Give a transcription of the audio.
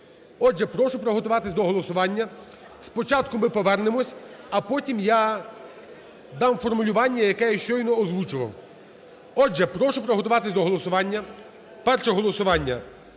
Отже, прошу підготуватися до голосування. Спочатку ми повернемося, а потім я дам формулювання, яке я щойно озвучував. Отже, прошу підготуватися до голосування. Перше голосування